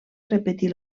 repetir